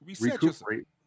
recuperate